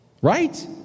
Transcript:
Right